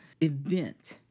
event